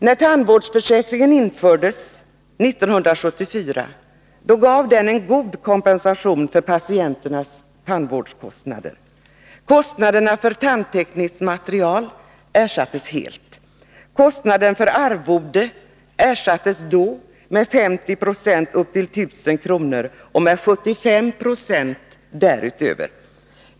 När tandvårdsförsäkringen infördes 1974 gav den en god kompensation för patienternas tandvårdskostnader. Kostnaderna för tandtekniskt material ersattes helt. Kostnaden för arvode ersattes då med 50 96 upp till 1 000 kr. och med 75 26 därutöver.